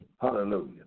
Hallelujah